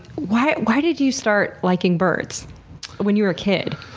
why why did you start liking birds when you were a kid?